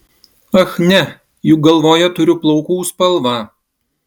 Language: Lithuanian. ach ne juk galvoje turiu plaukų spalvą